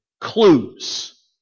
clues